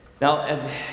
Now